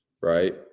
right